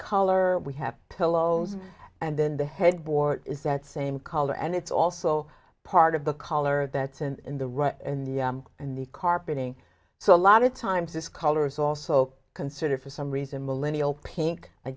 color we have pillows and then the headboard is that same color and it's also part of the color that's in the right and the carpeting so a lot of times this color is also considered for some reason millennial pink i